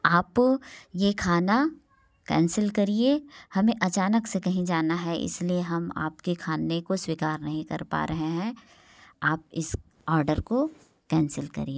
आप ये खाना कैंसिल करिए हमें अचानक से कहीं जाना है इसलिए हम आपके खाने को स्वीकार नहीं कर पा रहे हैं आप इस ऑर्डर को कैंसिल करिए